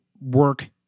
work